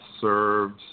serves